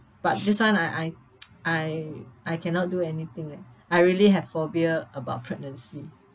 but this one I I I I cannot do anything leh I really have phobia about pregnancy